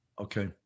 Okay